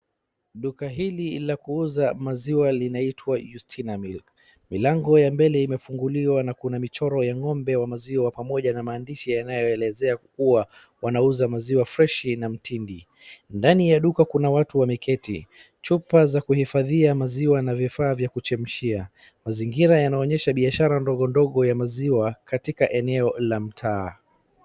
Duka hili la kuuza maziwa linaitwa Yustina milk. Milango ya mbele imefunguliwa na kuna michoro ya ng'ombe wa maziwa pamoja na maandishi yanayoelezea kuwa, wanauza maziwa freshi na mtindi. Ndani ya duka kuna watu wameketi, chupa za kuhifadhia maziwa na vifaa vya kuchemshia. Mazingira yanaonyesha biashara ndogo ndogo ya maziwa, katika eneo la mtaa.